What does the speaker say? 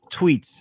tweets